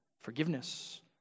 forgiveness